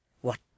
What